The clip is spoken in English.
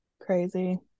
crazy